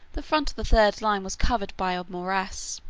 the front of the third line was covered by a morass.